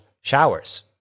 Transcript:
showers